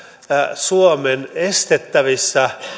suomen estettävissä